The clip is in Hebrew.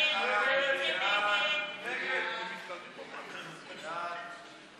ההסתייגות של קבוצת סיעת יש עתיד,